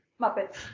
Muppets